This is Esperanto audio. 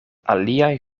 aliaj